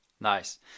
Nice